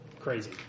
crazy